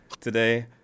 today